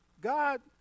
God